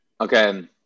Okay